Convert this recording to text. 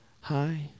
Hi